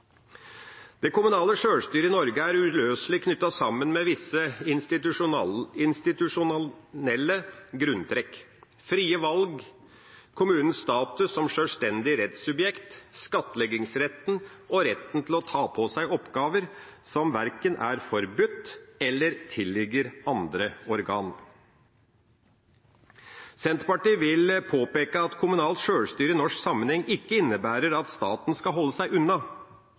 Det kommunale sjølstyret i Norge er uløselig knyttet sammen med visse institusjonelle grunntrekk: frie valg, kommunens status som sjølstendig rettssubjekt, skattleggingsretten og retten til å ta på seg oppgaver som verken er forbudt eller tilligger andre organ. Senterpartiet vil påpeke at kommunalt sjølstyre i norsk sammenheng ikke innebærer at staten skal holde seg unna,